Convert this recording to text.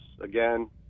Again